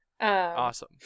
Awesome